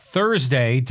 Thursday